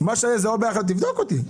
תבדוק אותי.